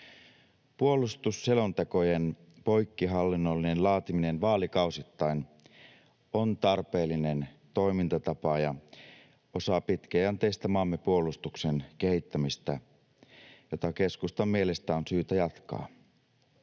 Puolustusselontekojen poikkihallinnollinen laatiminen vaalikausittain on tarpeellinen toimintatapa ja osa pitkäjänteistä maamme puolustuksen kehittämistä, jota keskustan mielestä on syytä jatkaa.